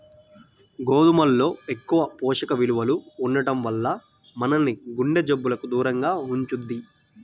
గోధుమల్లో ఎక్కువ పోషక విలువలు ఉండటం వల్ల మనల్ని గుండె జబ్బులకు దూరంగా ఉంచుద్ది